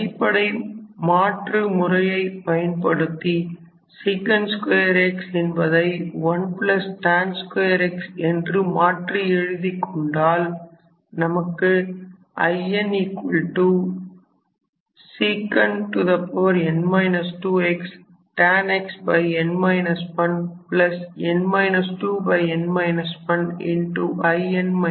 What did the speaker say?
அடிப்படை மாற்று முறையை பயன்படுத்தி sec 2 x என்பதை 1tan 2 x என்று மாற்றி எழுதிக் கொண்டால் நமக்கு Insec n 2x tan xn 1 n 2 n 1 In 2 என்பது கிடைக்கும்